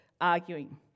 arguing